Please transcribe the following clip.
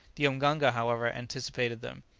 the mganga, however, anticipated them.